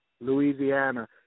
Louisiana